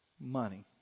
money